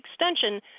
extension